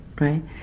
right